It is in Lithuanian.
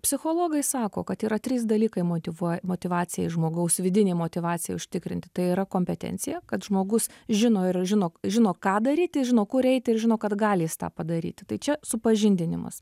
psichologai sako kad yra trys dalykai motyvuoja motyvacijai žmogaus vidinei motyvacijai užtikrinti tai yra kompetencija kad žmogus žino ir žino žino ką daryti žino kur eiti ir žino kad gali jis tą padaryti tai čia supažindinimas